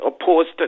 opposed